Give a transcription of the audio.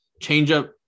Changeup